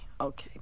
okay